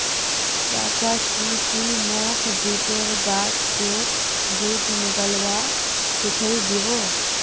चाचा की ती मोक जुटेर गाछ स जुट निकलव्वा सिखइ दी बो